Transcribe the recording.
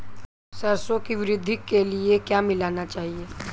सरसों की वृद्धि के लिए क्या मिलाना चाहिए?